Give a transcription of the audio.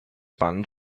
band